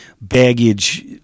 baggage